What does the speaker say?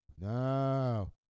No